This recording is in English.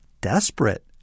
desperate